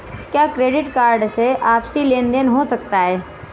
क्या credit card से आपसी लेनदेन हो सकता है?